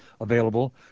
available